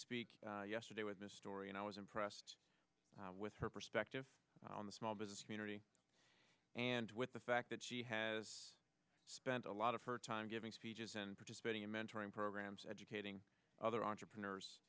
speak yesterday with this story and i was impressed with her perspective on the small business community and with the fact that she has spent a lot of her time giving speeches and participating in mentoring programs educating other entrepreneurs